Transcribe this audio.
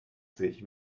sich